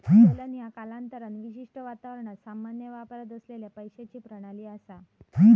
चलन ह्या कालांतरान विशिष्ट वातावरणात सामान्य वापरात असलेला पैशाची प्रणाली असा